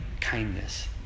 kindness